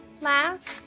last